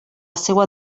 seua